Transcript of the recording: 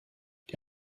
die